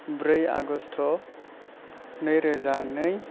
ब्रै आगस्ट' नैरोजा नै